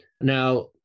Now